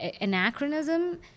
anachronism